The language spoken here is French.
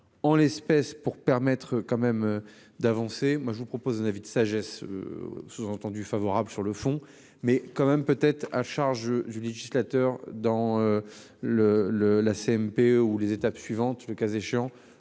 en l'espèce pour permettre quand même d'avancer. Moi je vous propose un avis de sagesse. Sous-entendu favorable sur le fond mais quand même peut-être à charge législateur dans. Le le la CNPE ou les étapes suivantes, le cas échéant